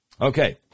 Okay